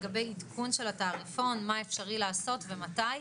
שנשארו פתוחים והוועדה רצתה לקבל בהם ככה,